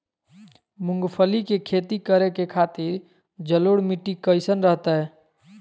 मूंगफली के खेती करें के खातिर जलोढ़ मिट्टी कईसन रहतय?